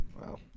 Wow